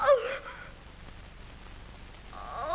oh oh